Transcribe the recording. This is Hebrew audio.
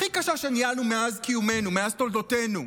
הכי קשה שניהלו מאז קיומנו, מאז תולדותינו.